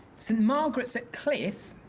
st margaret's at cliff's